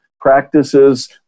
practices